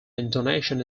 indonesian